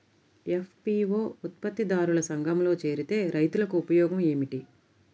FPO ఉత్పత్తి దారుల సంఘములో చేరితే రైతులకు ఉపయోగము ఏమిటి?